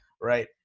Right